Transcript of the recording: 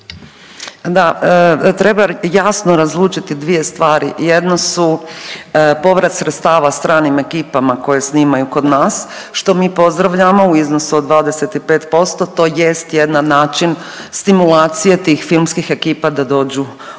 Da, treba jasno razlučiti dvije stvari. Jedno su povrat sredstava stranim ekipama koje snimaju kod nas što mi pozdravljamo u iznosu od 25%. To jest jedan način stimulacije tih filmskih ekipa da dođu u